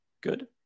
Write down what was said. good